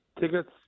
tickets